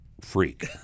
freak